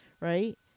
right